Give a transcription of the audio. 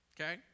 okay